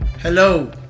Hello